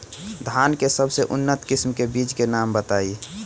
धान के सबसे उन्नत किस्म के बिज के नाम बताई?